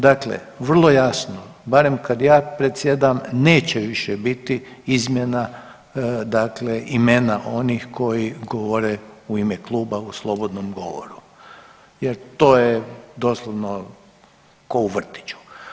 Dakle, vrlo jasno barem kad ja predsjedam neće više biti izmjena dakle imena onih koji govore u ime kluba u slobodnom govoru jer to je doslovno ko u vrtiću.